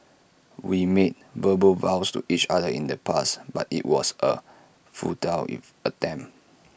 we made verbal vows to each other in the past but IT was A futile if attempt